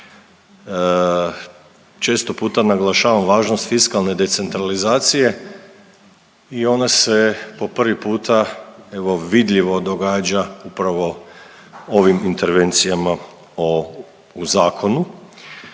Često puta naglašavam važnost fiskalne decentralizacije i ona se po prvi puta, evo vidljivo događa upravo ovim intervencijama o, u zakonu,